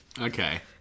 Okay